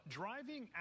driving